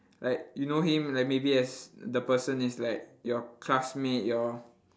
like you know him like maybe as the person is like your classmate your